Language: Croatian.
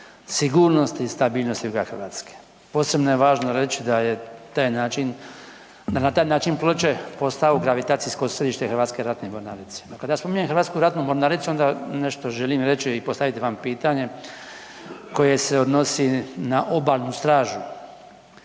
sigurnosti i stabilnosti … Hrvatske. Posebno je važno reći da je taj način, da je na taj način Ploče postao gravitacijsko središte Hrvatske ratne mornarice. Kada spominjem Hrvatsku ratnu mornaricu onda nešto želim reći i postaviti vam pitanje koje se odnosi na Obalnu stražu.